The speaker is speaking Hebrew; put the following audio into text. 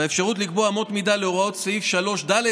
והאפשרות לקבוע אמות מידה להוראות סעיף 3(ד)